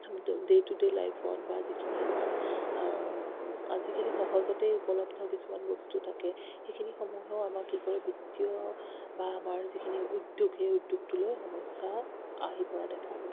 day to day লাইফত বা যিখিনি আমাৰ আজিকালি সহজতেই উপলব্ধ কিছুমান বস্তু থাকে সেইখিনিসমূহেও আমাক কি কৰে বিত্তীয় বা আমাৰ যিখিনি উদ্যোগ সেই উদ্যোগটোলৈ সমস্যা আহি পৰা দেখা যায়